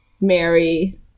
Mary